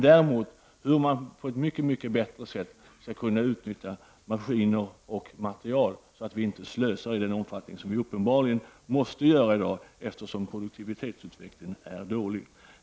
Däremot är det angeläget att på ett mycket bättre sätt utnyttja maskiner och material, så att vi inte slösar i den omfattning som vi uppenbarligen måste göra i dag, eftersom produktivitetsutvecklingen är dålig.